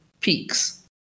Peaks